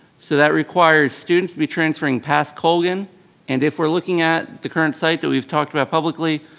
so that requires students to be transferring past colgan and if we're looking at the current site that we've talked about publicly,